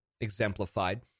exemplified